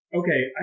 okay